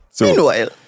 Meanwhile